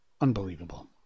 unbelievable